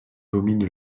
domine